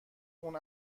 اون